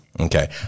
Okay